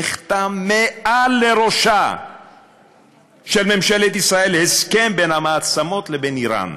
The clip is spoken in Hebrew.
נחתם מעל לראשה של ממשלת ישראל הסכם בין המעצמות לבין איראן.